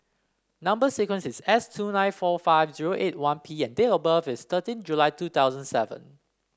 number sequence is S two nine four five zero eight one P and date of birth is thirteen July two thousand seven